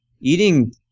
eating